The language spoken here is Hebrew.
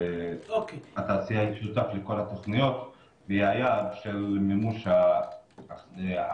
התעשייה היא שותף לכל התוכניות והיא היעד של מימוש עליית